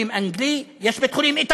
יש בית-חולים אנגלי,